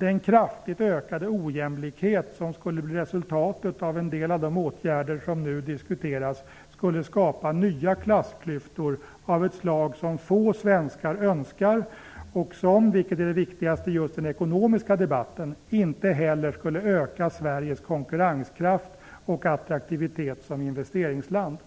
Den kraftigt ökade ojämlikhet som skulle bli resultatet av en del av de åtgärder som nu diskuteras skulle skapa nya klassklyftor av ett slag som få svenskar önskar och som -- vilket är det viktigaste i just den ekonomiska debatten -- inte heller skulle öka Sveriges konkurrenskraft och attraktivitet som investeringsland.